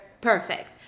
Perfect